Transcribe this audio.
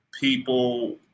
people